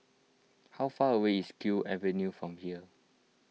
how far away is Kew Avenue from here